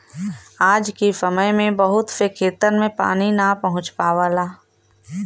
आज के समय में बहुत से खेतन में पानी ना पहुंच पावला